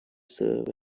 serb